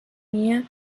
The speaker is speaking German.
mir